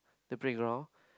the playground